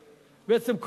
בעצם,